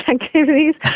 activities